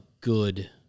good